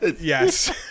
Yes